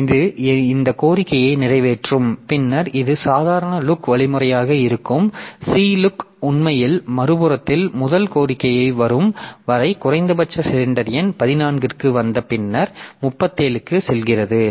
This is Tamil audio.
எனவே இது இந்த கோரிக்கையை நிறைவேற்றும் பின்னர் இது சாதாரண LOOK வழிமுறையாக இருக்கும் C LOOK உண்மையில் மறுபுறத்தில் முதல் கோரிக்கை வரும் வரை குறைந்தபட்ச சிலிண்டர் எண்14 க்கு வந்து பின்னர் 37 க்கு செல்கிறது